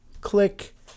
click